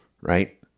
right